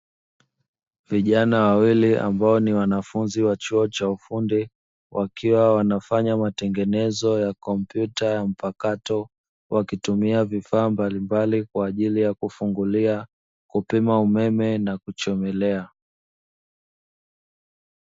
Vijana wawili ambao ni wanafunzi wa chuo cha ufundi, wakiwa wanafanya matengenezo ya kompyuta ya mpakato wakitumia vifaa mbalimbali kwa ajili ya kufungulia, kipima umeme na kuchomelea.